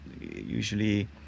usually